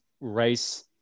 race